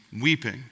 weeping